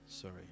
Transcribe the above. Sorry